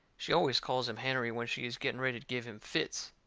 she always calls him hennerey when she is getting ready to give him fits.